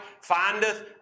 findeth